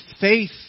faith